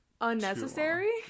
Unnecessary